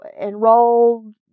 enrolled